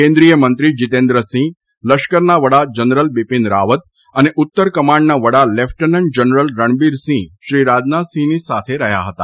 કેન્દ્રિયમંત્રી જીતેન્દ્રસિંહ લશ્કરના વડા જનરલ બીપીન રાવત અને ઉત્તર કમાન્ડના વડા લેફ્ટનન્ટ જનરલ રણબીરસિંઘ શ્રી રાજનાથસિંહની સાથે રહ્યા હતા